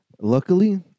Luckily